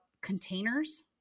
containers